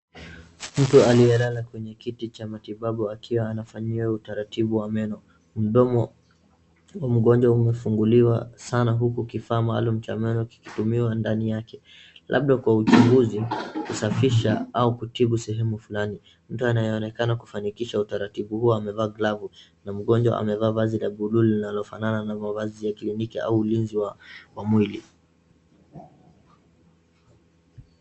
Mtu aliyerlala kwenye kiti cha matibabu akiwa anafanyiwa utaratibu wa meno. Mdomo wa mgonjwa umefunguliwa sana huku kifaa maalum cha meno kikitumiwa ndani yake, labda kwa uchunguzi, kusafisha au kutibu sehemu fulani. Mtu anayeonekana kufanikisha utaratibu huo amevaa glavu na mgonjwa amevaa vazi la buluu linalofanana na mavazi ya kliniki au ulinzi za wa mwili.